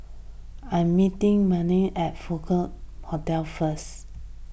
I am meeting Imelda at Hotel first